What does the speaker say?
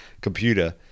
computer